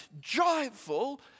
joyful